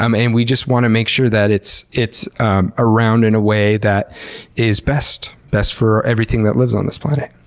um and we just want to make sure that it's it's ah around in a way that is best best for everything that lives on this planet.